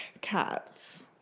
cats